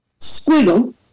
squiggle